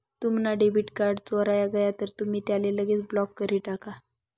तुम्हना debit card चोराय गय तर तुमी त्याले लगेच ब्लॉक करी टाका